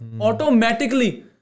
automatically